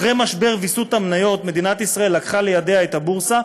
אחרי משבר ויסות המניות מדינת ישראל לקחה לידיה את הבורסה,